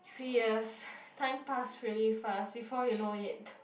three years time pass really fast before you know it